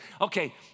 okay